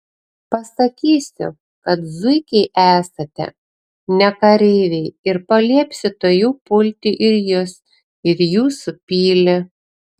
pasakysiu kad zuikiai esate ne kareiviai ir paliepsiu tuojau pulti ir jus ir jūsų pilį